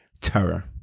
terror